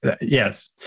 Yes